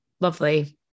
lovely